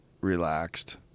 relaxed